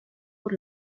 por